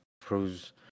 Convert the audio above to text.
proves